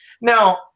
Now